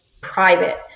private